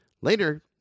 Later